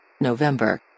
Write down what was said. November